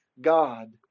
God